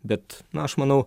bet na aš manau